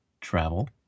travel